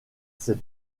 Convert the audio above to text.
ses